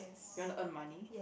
you want to earn money